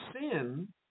sin